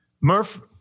Murph